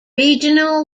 regional